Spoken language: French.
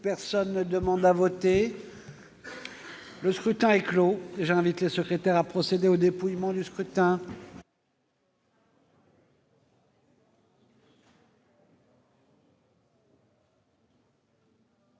Personne ne demande plus à voter ?... Le scrutin est clos. J'invite Mmes et MM. les secrétaires à procéder au dépouillement du scrutin.